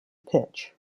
pitch